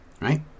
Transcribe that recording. right